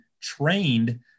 trained